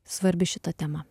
svarbi šita tema